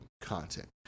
content